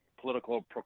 political